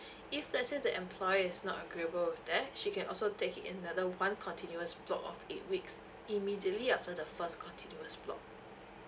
if let's say the employer is not agreeable with that she can also take it in another one continuous block of eight weeks immediately after the first continuous block